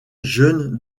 jeune